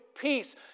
peace